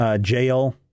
jail